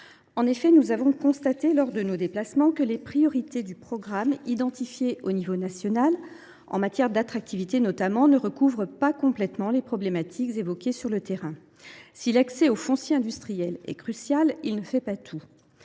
En effet, nous avons constaté, lors de nos déplacements, que les priorités du programme telles qu’identifiées au niveau national, en matière d’attractivité notamment, ne recouvrent pas complètement les problématiques évoquées sur le terrain : si l’accès au foncier industriel est crucial, il ne fait pas tout.